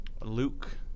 Luke